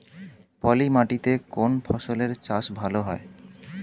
পলি মাটিতে কোন ফসলের চাষ ভালো হয়?